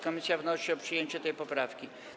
Komisja wnosi o przyjęcie tej poprawki.